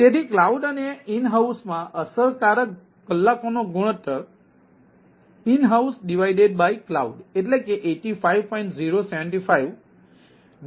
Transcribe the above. તેથી ક્લાઉડ અને ઈન હાઉસમાં અસરકારક કલાકોનો ગુણોત્તર ઈન હાઉસક્લાઉડ85